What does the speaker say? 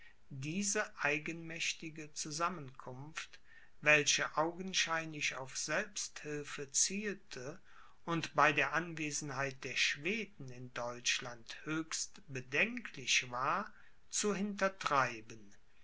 diese eigenmächtige zusammenkunft welche augenscheinlich auf selbsthilfe zielte und bei der anwesenheit der schweden in deutschland höchst bedenklich war zu hintertreiben